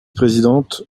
présidente